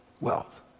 wealth